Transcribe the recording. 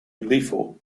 lethal